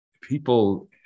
people